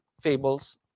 fables